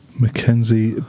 Mackenzie